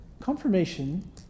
Confirmation